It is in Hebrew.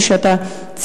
מה שאתה ציינת,